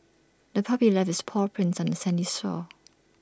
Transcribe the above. the puppy left its paw prints on the sandy shore